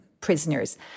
prisoners